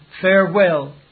farewell